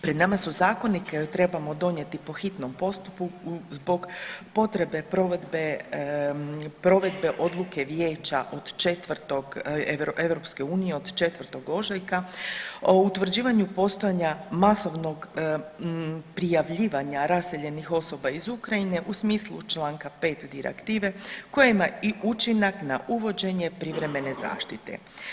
Pred nama su zakoni koje trebamo donijeti po hitnom postupku zbog potrebe provedbe, provedbe odluke Vijeća od 4. EU od 4. ožujka o utvrđivanju postojanja masovnog prijavljivanja raseljenih osoba iz Ukrajine u smislu Članka 5. direktive kojima i učinak na uvođenje privremene zaštite.